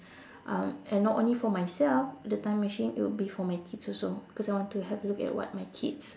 um and not only for myself the time machine it will be for my kids also because I want to have a look at what my kids